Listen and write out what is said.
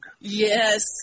Yes